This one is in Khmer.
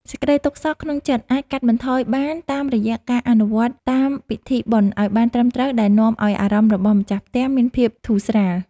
សេចក្តីទុក្ខសោកក្នុងចិត្តអាចកាត់បន្ថយបានតាមរយៈការអនុវត្តតាមពិធីបុណ្យឱ្យបានត្រឹមត្រូវដែលនាំឱ្យអារម្មណ៍របស់ម្ចាស់ផ្ទះមានភាពធូរស្រាល។